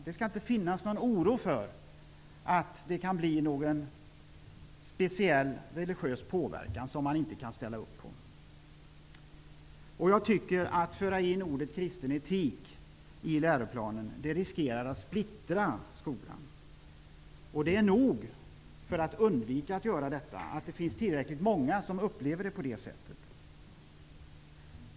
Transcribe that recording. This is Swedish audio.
De skall inte behöva känna oro för någon religiös påverkan som de inte kan ställa upp på. Om man för in uttrycket kristen etik i läroplanen riskerar man att splittra skolan. Att det finns många som upplever det på det sättet är tillräckligt för att man skall undvika att föra in begreppet i läroplanen.